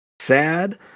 SAD